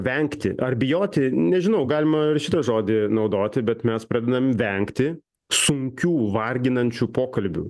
vengti ar bijoti nežinau galima ir šitą žodį naudoti bet mes pradedam vengti sunkių varginančių pokalbių